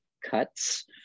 cuts